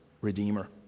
Redeemer